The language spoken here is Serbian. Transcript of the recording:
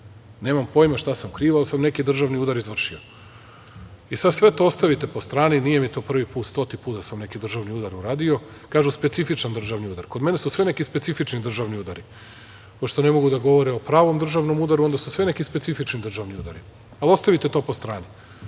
Nemam pojma šta sam kriv, ali sam neki državni udar izvrši. Sad sve to ostavite po strani. Nije mi to prvi put. Stoti put da sam neki državni udar uradio. Kažu, specifičan državni udar. Kod mene su sve neki specifični državni udari. Pošto ne mogu da govore o pravom državnom udaru, onda su sve neki specifični državni udari, ali ostavite to po strani